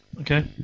Okay